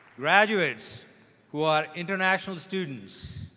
graduates who are international students,